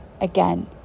again